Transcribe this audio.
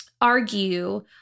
argue